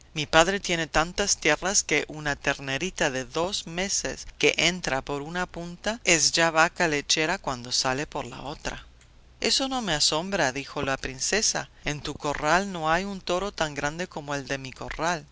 mi padre tiene tantas tierras que una ternerita de dos meses que entra por una punta es ya vaca lechera cuando sale por la otra eso no me asombra dijo la princesa en tu corral no hay un toro tan grande como el de mi corral